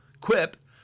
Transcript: Quip